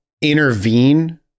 intervene